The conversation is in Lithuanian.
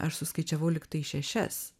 aš suskaičiavau lygtai šešias